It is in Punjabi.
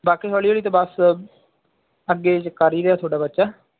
ਬਾਕੀ ਹੌਲੀ ਹੌਲੀ ਅਤੇ ਬਸ ਅੱਗੇ ਕਰ ਹੀ ਰਿਹਾ ਤੁਹਾਡਾ ਬੱਚਾ